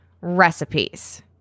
recipes